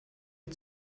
die